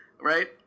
right